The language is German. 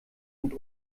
und